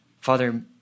Father